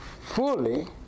fully